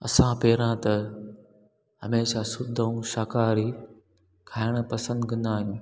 असां पहिरां त हमेशह शुद्ध ऐं शाकाहारी खाइणु पसंदि कंदा आहियूं